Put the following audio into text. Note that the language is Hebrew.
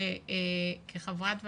שכחברת ועדה,